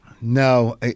No